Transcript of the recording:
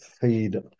feed